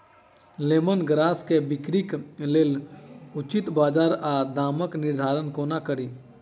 Lemon grass केँ बिक्रीक लेल उचित बजार आ दामक निर्धारण कोना कड़ी?